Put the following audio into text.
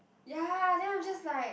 ya then I'm just like